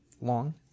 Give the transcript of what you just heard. long